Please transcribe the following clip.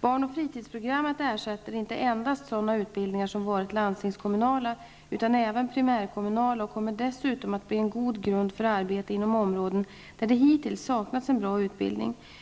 Barn och fritidsprogrammet ersätter inte endast sådana utbildningar som varit landstingskommunala utan även primärkommunala och kommer dessutom att bli en god grund för arbete inom områden där det hittills saknats en bra utbildning.